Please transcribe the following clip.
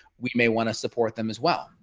we may want to support them as well.